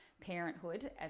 parenthood